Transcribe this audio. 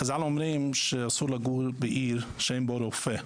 חז"ל אומרים שאסור לגור בעיר שאין בו רופא.